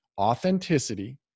authenticity